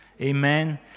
Amen